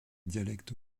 dialectes